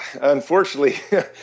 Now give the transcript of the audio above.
Unfortunately